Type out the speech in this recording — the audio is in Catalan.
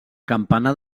campanar